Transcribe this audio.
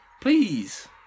please